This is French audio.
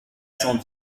cent